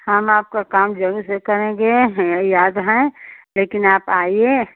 हम आपका काम ज़रूर से करेंगे यह याद है लेकिन आप आइए